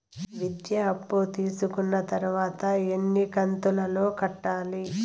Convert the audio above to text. విద్య అప్పు తీసుకున్న తర్వాత ఎన్ని కంతుల లో కట్టాలి?